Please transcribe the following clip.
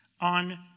on